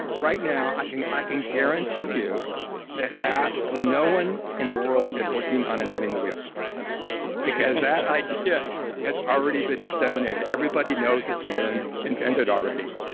right now i can i can guarantee you that absolutely no one in the world is working on inventing the wheel because that idea has already been disseminated, everybody's knows it's been invented already,